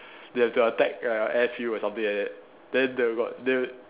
they have to attack a air fuel or something like that then they got they